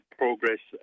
progress